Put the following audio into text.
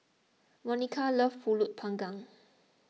Monica loves Pulut Panggang